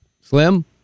Slim